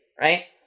right